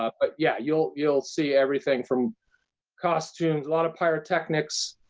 ah but yeah, you'll, you'll see everything from costumes, a lot of pyrotechnics,